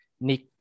Nick